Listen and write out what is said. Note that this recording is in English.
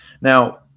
Now